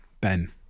Ben